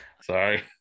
Sorry